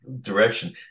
direction